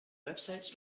websites